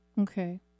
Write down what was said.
Okay